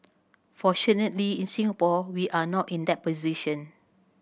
fortunately in Singapore we are not in that position